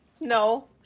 No